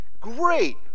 great